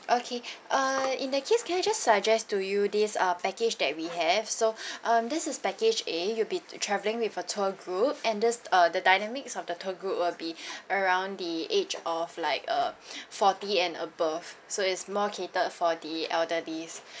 okay uh in that case can we just suggest to you this uh package that we have so um this is package A you'll be traveling with a tour group and there's uh the dynamics of the tour group will be around the age of like uh forty and above so it's more catered for the elderlies